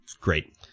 great